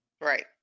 Right